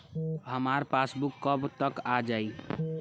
हमार पासबूक कब तक आ जाई?